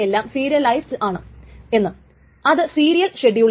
കാരണം അവിടെ എപ്പോഴും തുടങ്ങിയ ട്രാൻസാക്ഷനുകൾക്കിടയിൽ ഒരു സ്ട്രീക്റ്റ് ഓർഡർ ഉണ്ട്